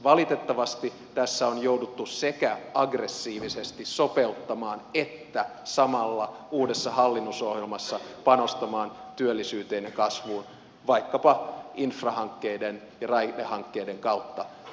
valitettavasti tässä on jouduttu sekä aggressiivisesti sopeuttamaan että samalla uudessa hallitusohjelmassa panostamaan työllisyyteen ja kasvuun vaikkapa infrahankkeiden ja raidehankkeiden kautta